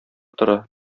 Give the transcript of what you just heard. тора